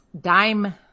dime